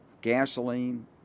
gasoline